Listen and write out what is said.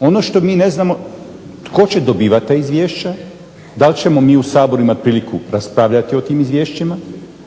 ono što mi ne znamo tko će dobivati ta izvješća, da li ćemo mi u Saboru imati priliku razgovarati o tim izvješćima,